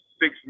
six